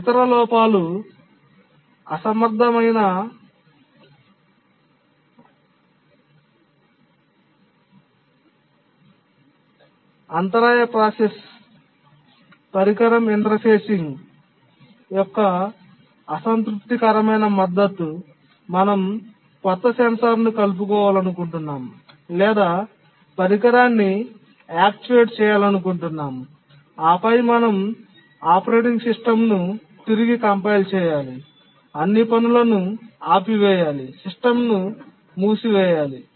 ఇతర లోపాలు అసమర్థమైన అంతరాయ ప్రాసెసింగ్ పరికరం ఇంటర్ఫేసింగ్ యొక్క అసంతృప్తికరమైన మద్దతు మనం కొత్త సెన్సార్ను కలుపుకోవాలనుకుంటున్నాము లేదా పరికరాన్ని యాక్చువేట్ చేయాలనుకుంటున్నాము ఆపై మనం ఆపరేటింగ్ సిస్టమ్ను తిరిగి కంపైల్ చేయాలి అన్ని పనులను ఆపివేయాలి సిస్టమ్ను మూసివేయాలి